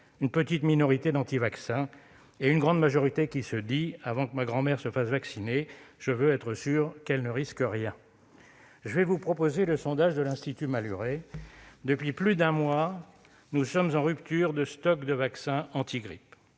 une petite minorité d'anti-vaccins et une grande majorité qui se dit :« Avant que ma grand-mère ne se fasse vacciner, je veux être sûr qu'elle ne risque rien. » Je vais vous proposer le sondage de l'Institut Malhuret. Depuis plus d'un mois, nous sommes en rupture de stock de vaccins antigrippe.